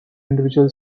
individual